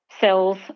cells